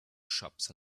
shops